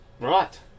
Right